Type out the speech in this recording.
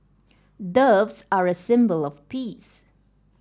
doves are a symbol of peace